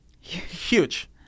huge